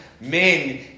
men